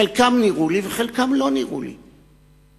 חלקם נראו לי וחלקם לא נראו לי.